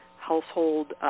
household